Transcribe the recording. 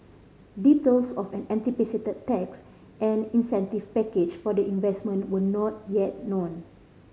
details of an anticipated tax and incentive package for the investment were not yet known